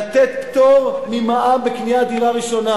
לתת פטור ממע"מ בקניית דירה ראשונה.